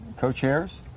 co-chairs